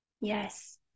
yes